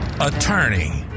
Attorney